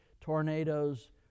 tornadoes